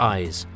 Eyes